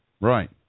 Right